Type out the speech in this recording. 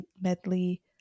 medley